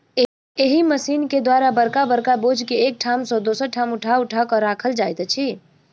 एहि मशीन के द्वारा बड़का बड़का बोझ के एक ठाम सॅ दोसर ठाम उठा क राखल जाइत अछि